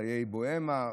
חיי בוהמה,